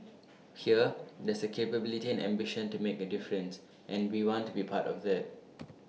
here there's capability and ambition to make A difference and we want to be A part of that